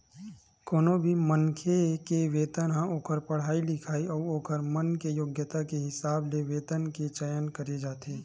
कोनो भी मनखे के वेतन ह ओखर पड़हाई लिखई अउ ओखर मन के योग्यता के हिसाब ले वेतन के चयन करे जाथे